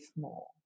more